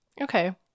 Okay